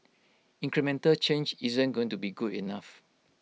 incremental change isn't going to be good enough